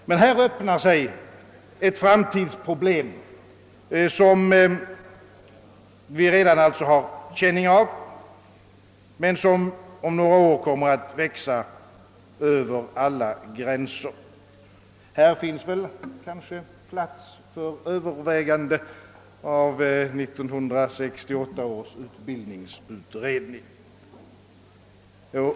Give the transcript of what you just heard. Här öppnar sig emellertid ett framtidsproblem, som vi alltså redan har känning av men som om några år kommer att växa över alla gränser. Det finns kanske plats för överväganden av 1968 års utbildningsutredning.